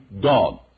god